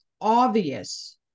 obvious